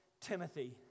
Timothy